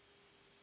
Hvala.